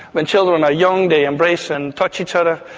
when children are young they embrace and touch each other,